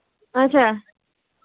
اَچھا